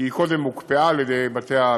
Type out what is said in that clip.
כי היא קודם הוקפאה על ידי בתי-המשפט.